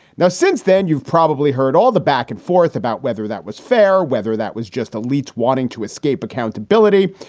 now, since then, you've probably heard all the back and forth about whether that was fair, whether that was just elites wanting to escape accountability,